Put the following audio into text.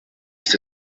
ist